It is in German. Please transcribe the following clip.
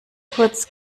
kurz